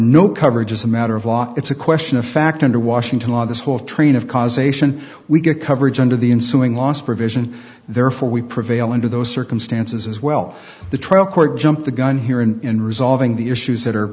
no coverage as a matter of law it's a question of fact under washington law this whole train of causation we get coverage under the ensuing loss provision therefore we prevail under those circumstances as well the trial court jumped the gun here and in resolving the issues that are